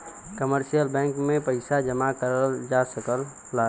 commercial bank में पइसा जमा करल जा सकला